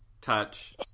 touch